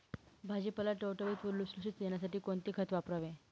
भाजीपाला टवटवीत व लुसलुशीत येण्यासाठी कोणते खत वापरावे?